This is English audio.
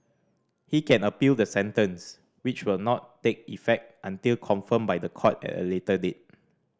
he can appeal the sentence which will not take effect until confirmed by the court at a later date